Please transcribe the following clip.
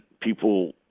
people